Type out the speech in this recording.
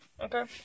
Okay